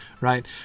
Right